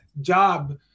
job